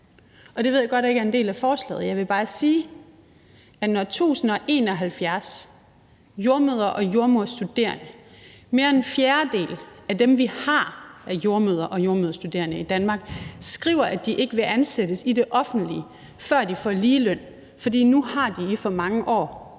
og det ved jeg godt ikke er en del af forslaget. Men jeg vil bare sige, at når 1.071 jordemødre og jordmoderstuderende – det er mere end en fjerdedel af dem, vi har af jordemødre og jordemoderstuderende i Danmark – skriver, at de ikke vil ansættes i det offentlige, før de får ligeløn, fordi de nu i for mange år